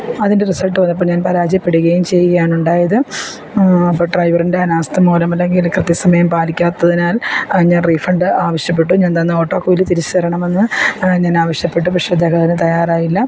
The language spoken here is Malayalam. അതിൻ്റെ റിസൾട്ട് വന്നപ്പോൾ ഞാൻ പരാജയപ്പെടുകയും ചെയ്യുകയാണുണ്ടായത് അപ്പം ഡ്രൈവറിൻ്റെ അനാസ്ഥ മൂലം അല്ലെങ്കിൽ കൃത്യസമയം പാലിക്കാത്തതിനാൽ ഞാൻ റീഫണ്ട് ആവശ്യപ്പെട്ടു ഞാൻ തന്ന ഓട്ടോ കൂലി തിരിച്ചുതരണം എന്ന് ഞാൻ ആവശ്യപ്പെട്ടു പക്ഷേ അദ്ദേഹം അതിന് തയ്യാറായില്ല